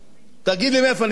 תגיד לי מאיפה אני אתחיל,